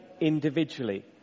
individually